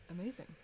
Amazing